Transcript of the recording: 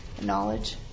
Knowledge